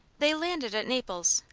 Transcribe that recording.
they landed at naples,